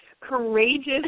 courageous